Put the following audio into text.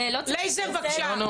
לייזר, בבקשה.